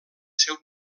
seu